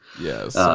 Yes